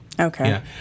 okay